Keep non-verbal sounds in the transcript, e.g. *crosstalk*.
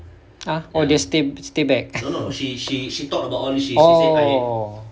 !huh! oh they stay back *laughs* oh